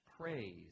praise